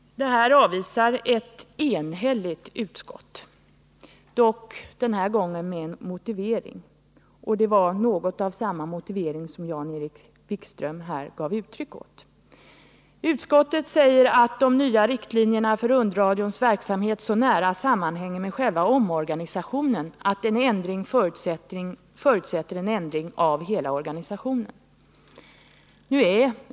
Dessa krav avvisar ett enhälligt utskott = dock den här gången med en motivering. Det var något av samma motivering som Jan-Erik Wikström här gav uttryck åt. Utskottet skriver att de nya riktlinjerna för rundradions verksamhet så nära sammanhänger med själva omorganisationen att en ändring förutsätter en ändring av hela organisationen.